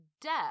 death